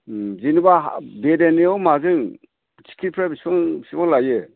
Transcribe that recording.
जेनेबा बेरायनायाव माजों टिकेटफ्रा बेसेबां बेसेबां लायो